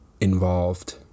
involved